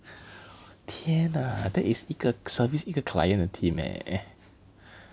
天呐 that is 一个 service 一个 client 的 team leh